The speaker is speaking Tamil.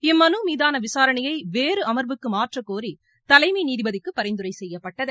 இம்மனு மீதான விசாரணையை வேறு அமர்வுக்கு மாற்றக்கோரி தலைமை நீதிபதிக்கு பரிந்துரை செய்யப்பட்டது